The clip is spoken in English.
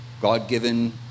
God-given